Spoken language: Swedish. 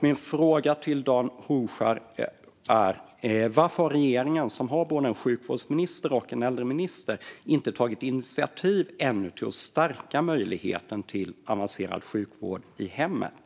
Min fråga till Dan Hovskär är: Varför har regeringen, som har både en sjukvårds och en äldreminister, ännu inte tagit initiativ för att stärka möjligheten till avancerad sjukvård i hemmet?